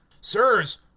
Sirs